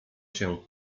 się